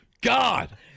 God